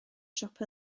siop